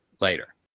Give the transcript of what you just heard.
later